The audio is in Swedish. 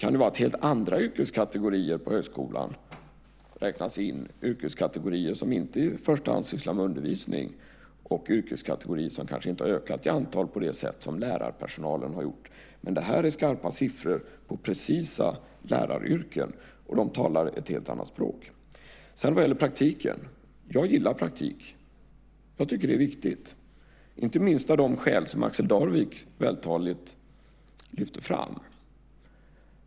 Kan det vara så att helt andra yrkeskategorier på högskolan räknas in, yrkeskategorier som inte i första hand sysslar med undervisning och som kanske inte har ökat i antal på det sätt som lärarpersonalen har gjort? Detta är dock skarpa siffror på precisa läraryrken, och de talar ett helt annat språk. Sedan gällde det praktiken. Jag gillar praktik. Jag tycker att det är viktigt, inte minst av de skäl som Axel Darvik vältaligt lyfter fram.